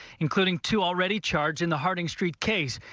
including two already charged in the harding street case.